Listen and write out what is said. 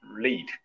lead